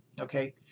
Okay